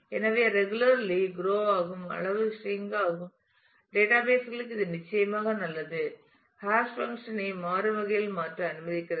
எனவே regularly grow ஆகும் அளவு சிறிங் ஆகும் டேட்டாபேஸ் களுக்கு இது நிச்சயமாக நல்லது ஹாஷ் பங்க்ஷன் ஐ மாறும் வகையில் மாற்ற அனுமதிக்கிறது